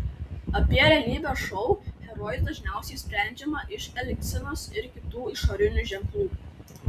apie realybės šou herojus dažniausiai sprendžiama iš elgsenos ir kitų išorinių ženklų